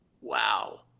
wow